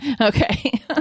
Okay